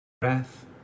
breath